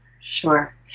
Sure